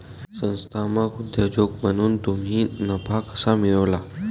संस्थात्मक उद्योजक म्हणून तुम्ही नफा कसा मिळवाल?